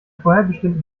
vorherbestimmten